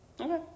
Okay